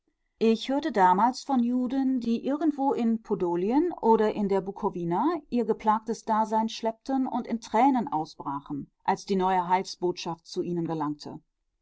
ich hörte damals von juden die irgendwo in podolien oder in der bukowina ihr geplagtes dasein schleppten und in tränen ausbrachen als die neue heilsbotschaft zu ihnen gelangte